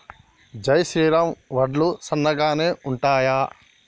జై శ్రీరామ్ వడ్లు సన్నగనె ఉంటయా?